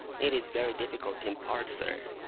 it is very difficult to impart, sir.